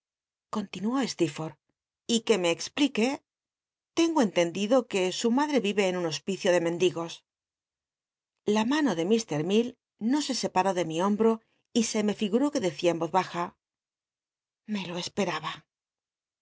continuó stccrforlh y que me cxplic uc tengo entendido c nc su mache yivc en un hospicio de mendigos la mano de mr mil no se sepaeó de mi hornbto y se me nguró que decia en oz baja me lo espemba